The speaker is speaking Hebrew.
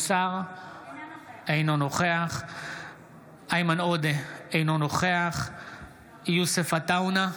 אינו נוכח איימן עודה, אינו נוכח יוסף עטאונה,